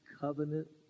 covenant